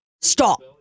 Stop